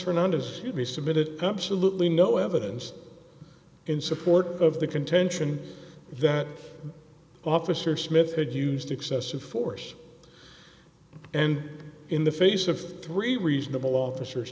fernandez would be submitted absolutely no evidence in support of the contention that officer smith had used excessive force and in the face of three reasonable officers